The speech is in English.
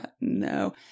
No